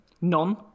None